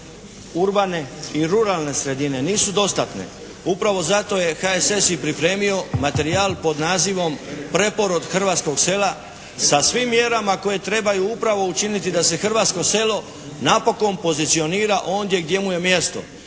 urbane i ruralne sredine nisu dostatne. Upravo zato je HSS i pripremio materijal pod nazivom "Preporod hrvatskog sela" sa svim mjerama koje treba upravo učiniti da se hrvatsko selo napokon pozicionira ondje gdje mu je mjesto,